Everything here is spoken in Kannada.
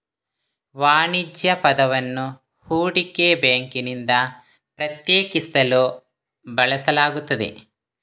ವಾಣಿಜ್ಯ ಪದವನ್ನು ಹೂಡಿಕೆ ಬ್ಯಾಂಕಿನಿಂದ ಪ್ರತ್ಯೇಕಿಸಲು ಬಳಸಲಾಗುತ್ತದೆ